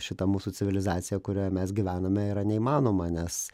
šita mūsų civilizacija kurioje mes gyvename yra neįmanoma nes